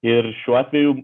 ir šiuo atveju